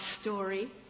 story